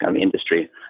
industry